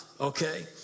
okay